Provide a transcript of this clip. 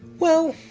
well,